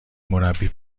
مربی